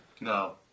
No